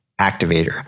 activator